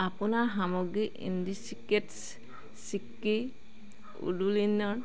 আপোনাৰ সামগ্ৰী ইণ্ডিচিক্ৰেট্ছ চিক্কি ওডোনিল